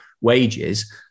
wages